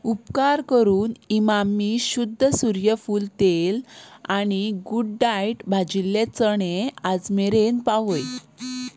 उपकार करून इमामी शुद्ध सूर्यफूल तेल आनी गूड डायट भाजिल्ले चणे आज मेरेन पावय